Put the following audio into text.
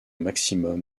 maximum